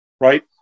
right